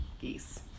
geese